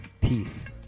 Peace